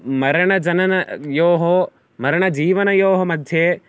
मरणजननयोः मरणजीवनयोः मध्ये